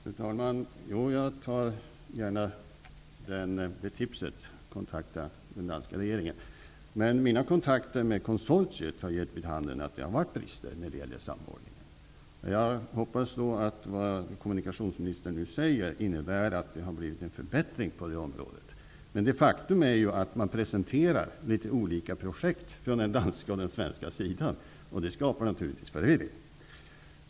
Fru talman! Jag tar gärna emot tipset att kontakta den danska regeringen. Men mina kontakter med konsortiet har gett vid handen att det har varit brister i samordningen. Jag hoppas att det kommunikationsminstern nu säger innebär att det har blivit en förbättring på det området. Faktum är ju att man presenterar olika projekt från den danska sidan resp. från den svenska sidan. Det skapar naturligtvis förvirring.